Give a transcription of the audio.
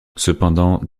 cependant